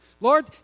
Lord